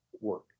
work